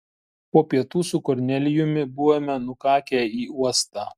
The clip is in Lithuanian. po pietų su kornelijumi buvome nukakę į uostą